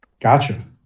gotcha